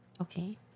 Okay